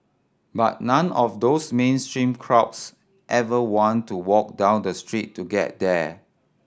but none of those mainstream crowds ever want to walk down the street to get there